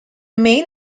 main